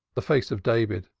the face of david,